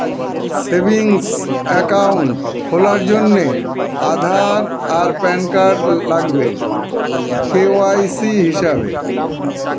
savings account খোলার জন্যে আধার আর প্যান কার্ড লাগবে কে.ওয়াই.সি হিসেবে